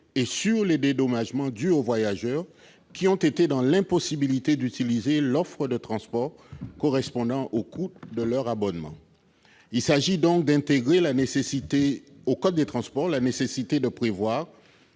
et sur les dédommagements dus aux voyageurs qui ont été dans l'impossibilité d'utiliser l'offre de transport correspondant au coût de leurs abonnements. Il s'agit d'intégrer au code des transports la nécessité de prévoir,